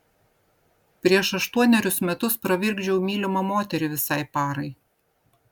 prieš aštuonerius metus pravirkdžiau mylimą moterį visai parai